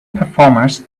performers